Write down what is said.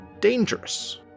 dangerous